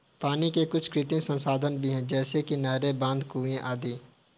पानी के कुछ कृत्रिम संसाधन भी हैं जैसे कि नहरें, बांध, कुएं आदि